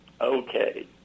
okay